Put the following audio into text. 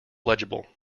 legible